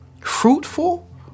fruitful